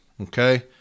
Okay